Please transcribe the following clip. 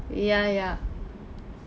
ya ya